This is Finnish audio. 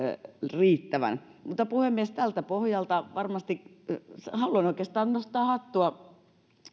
riittävän puhemies tältä pohjalta haluan oikeastaan nostaa hattua